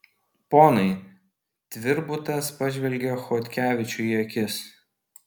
ponai tvirbutas pažvelgia chodkevičiui į akis